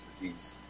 Disease